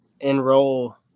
enroll